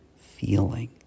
feeling